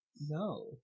No